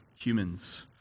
humans